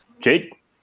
Jake